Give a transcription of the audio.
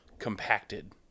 compacted